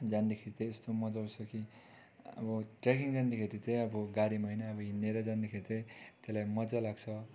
जाँदाखेरि त यस्तो मजा आउँछ कि अब ट्रेकिङ जाँदाखेरि आबो अब गाडीमा हैन अब हिनेर जाँदाखेरि चाहिँ त्यसलाई मजा लाग्छ